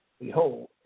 behold